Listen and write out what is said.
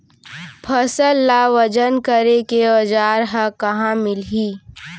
फसल ला वजन करे के औज़ार हा कहाँ मिलही?